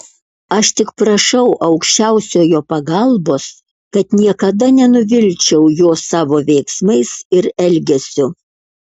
aš tik prašau aukščiausiojo pagalbos kad niekada nenuvilčiau jo savo veiksmais ir elgesiu